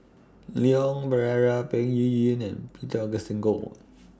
Leon Perera Peng Yuyun and Peter Augustine Goh